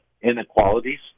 inequalities